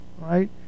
right